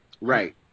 right